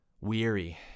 weary